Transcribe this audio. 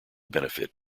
benefit